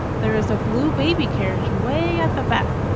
there is a blue baby carriage way at the back,